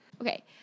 Okay